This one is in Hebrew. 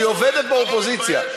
לא, שהיא עובדת באופוזיציה.